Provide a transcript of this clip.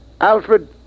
Alfred